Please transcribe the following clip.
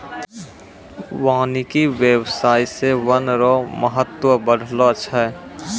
वानिकी व्याबसाय से वन रो महत्व बढ़लो छै